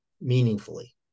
meaningfully